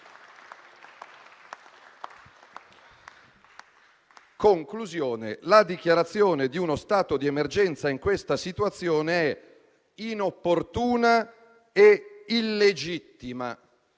Conclusione: la dichiarazione di uno stato di emergenza in questa situazione è inopportuna e illegittima